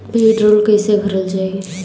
भीडरौल कैसे भरल जाइ?